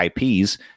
IPs